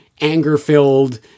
anger-filled